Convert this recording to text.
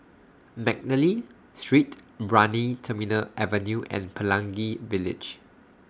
Mcnally Street Brani Terminal Avenue and Pelangi Village